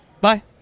bye